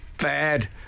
Bad